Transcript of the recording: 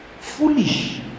Foolish